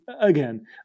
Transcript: again